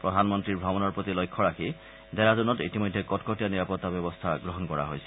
প্ৰধানমন্তীৰ ভ্ৰমণৰ প্ৰতি লক্ষ্য ৰাখি ডেৰাডুনত ইতিমধ্যে কটকটীয়া নিৰাপত্তা ব্যৱস্থা গ্ৰহণ কৰা হৈছে